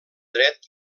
dret